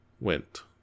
went